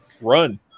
run